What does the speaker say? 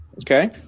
okay